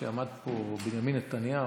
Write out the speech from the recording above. כשעמד פה בנימין נתניהו,